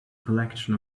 collection